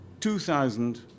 2,000